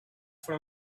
for